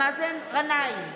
מאזן גנאים,